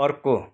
अर्को